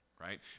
right